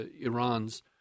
Iran's